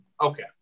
Okay